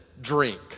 drink